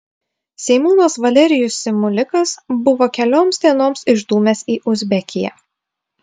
seimūnas valerijus simulikas buvo kelioms dienoms išdūmęs į uzbekiją